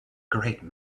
great